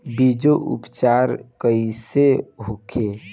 बीजो उपचार कईसे होखे?